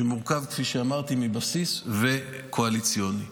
שמורכב מבסיס ומקואליציוני.